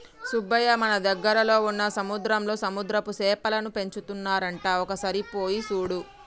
సుబ్బయ్య మన దగ్గరలో వున్న సముద్రంలో సముద్రపు సేపలను పెంచుతున్నారంట ఒక సారి పోయి సూడు